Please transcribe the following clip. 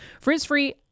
Frizz-free